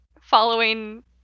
following